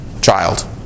Child